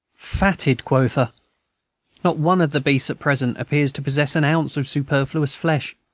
fatted, quotha! not one of the beasts at present appears to possess an ounce of superfluous flesh.